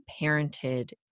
parented